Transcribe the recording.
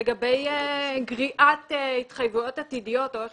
לגבי גריעת התחייבויות עתידיות או איך